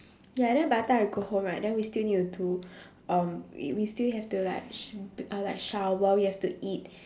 ya then by the time I go home right then we still need to do um we we still have to like sh~ b~ uh like shower we have to eat